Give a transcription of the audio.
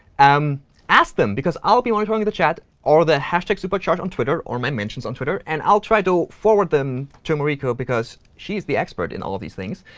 um ask them. because i'll be monitoring the chat, or the hashtag supercharged on twitter, or my mentions on twitter. and i'll try to forward them to mariko, because she's the expert on and all of these things.